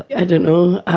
i don't know,